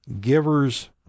givers